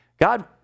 God